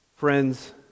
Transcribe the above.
Friends